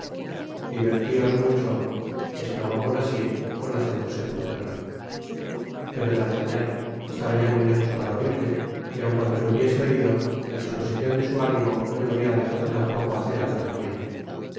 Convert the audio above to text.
divertios mucho esclamó bonacieux con acento sepulcral pero d'artagnan estaba ya muy léjos para oirle y aun cuando le hubiese oido la disposicion de su ánimo no le hubiera dejado tampoco hacer alto en ello